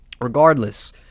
Regardless